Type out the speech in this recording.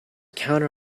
counter